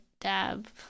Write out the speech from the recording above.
Dab